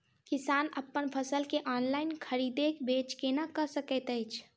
किसान अप्पन फसल केँ ऑनलाइन खरीदै बेच केना कऽ सकैत अछि?